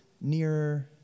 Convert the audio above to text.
nearer